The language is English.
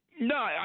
No